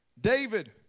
David